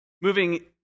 moving